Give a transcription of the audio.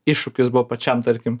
iššūkis buvo pačiam tarkim